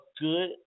good